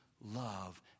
love